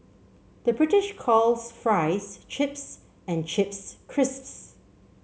the British calls fries chips and chips crisps